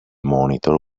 monitor